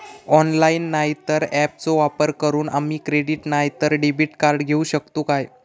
Online नाय तर ऍपचो वापर करून आम्ही क्रेडिट नाय तर डेबिट कार्ड घेऊ शकतो का?